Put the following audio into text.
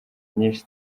myinshi